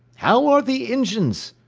how are the engines?